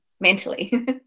Mentally